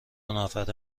نفره